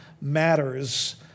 matters